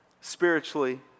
spiritually